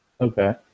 okay